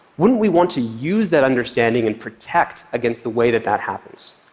wouldn't we want to use that understanding and protect against the way that that happens?